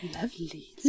lovely